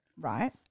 right